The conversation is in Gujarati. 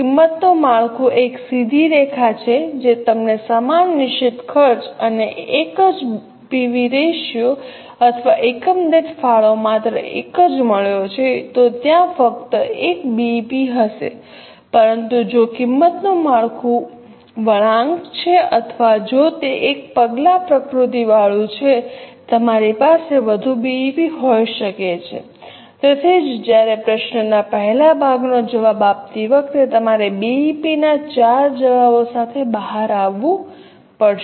જો કિંમતનું માળખું એક સીધી રેખા છે જે તમને સમાન નિશ્ચિત ખર્ચ અને એક જ પીવી રેશિયો અથવા એકમ દીઠ ફાળો માત્ર એક જ મળ્યો છે તો ત્યાં ફક્ત એક બીઇપી હશે પરંતુ જો કિંમતનું માળખું વળાંક છે અથવા જો તે એક પગલા પ્રકૃતિ વાળું છે તમારી પાસે વધુ બીઇપી હોઈ શકે છે તેથી જ જ્યારે પ્રશ્નના પહેલા ભાગનો જવાબ આપતી વખતે તમારે બીઈપી ના ચાર જવાબો સાથે બહાર આવવું પડશે